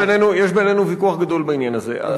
כי יש בינינו ויכוח גדול בעניין הזה.